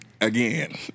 again